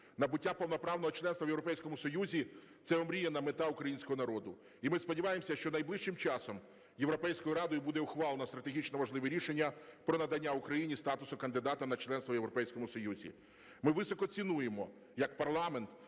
Набуття повноправного членства в Європейському Союзі – це омріяна мета українського народу. І ми сподіваємося, що найближчим часом Європейською радою буде ухвалено стратегічно важливе рішення про надання Україні статусу кандидата на членство в Європейському Союзі. Ми високо цінуємо як парламент